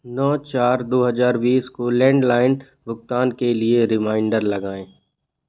नौ चार दो हज़ार बीस को लैंडलाइन भुगतान के लिए रिमाइंडर लगाएँ